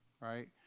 right